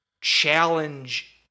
challenge